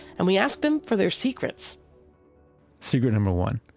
and we asked them for their secrets secret number one.